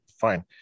Fine